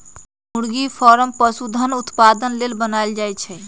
मुरगि फारम पशुधन उत्पादन लेल बनाएल जाय छै